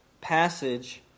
passage